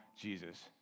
Jesus